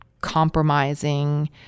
compromising